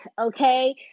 okay